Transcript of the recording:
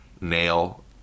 nail